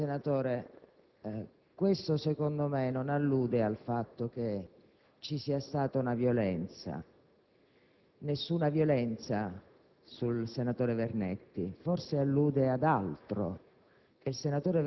Vede, senatore, questo secondo me non allude al fatto che ci sia stata una violenza; nessuna violenza sul senatore Vernetti. Forse allude ad altro: